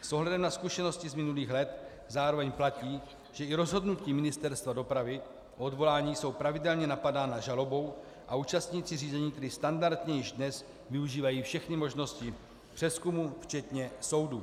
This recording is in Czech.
S ohledem na zkušenosti z minulých let zároveň platí, že i rozhodnutí Ministerstva dopravy o odvolání jsou pravidelně napadána žalobou a účastníci řízení tedy standardně již dnes využívají všechny možnosti přezkumu včetně soudů.